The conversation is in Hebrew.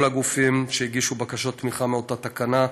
הגופים שהגישו בקשות תמיכה מאותה תקנה.